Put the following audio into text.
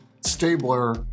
stabler